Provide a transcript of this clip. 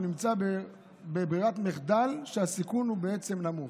הוא נמצא בברירת מחדל שהסיכון בעצם הוא נמוך.